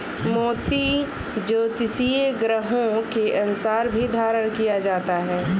मोती ज्योतिषीय ग्रहों के अनुसार भी धारण किया जाता है